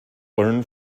learn